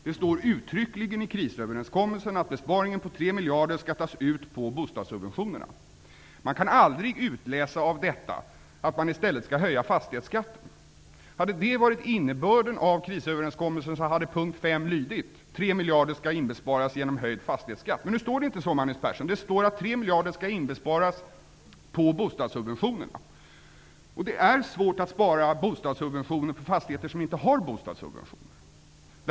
Det står uttryckligen i denna att besparingen om 3 miljarder skall tas ut på bostadssubventionerna. Det går aldrig att utläsa av detta att man i stället skall höja fastighetsskatten. Om detta hade varit innebörden av krisöverenskommelsen, hade det stått i p. 5 att 3 miljarder skall inbesparas genom höjd fastighetsskatt. Men nu står det inte så, Magnus Persson. Det står att 3 miljarder skall inbesparas på bostadssubventionerna. Det är svårt att spara in på bostadssubventioner när det är fråga om fastigheter som inte har några subventioner.